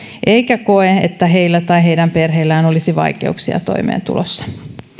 eikä koe että heillä tai heidän perheillään olisi vaikeuksia toimeentulossa